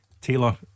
Taylor